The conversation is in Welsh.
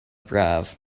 braf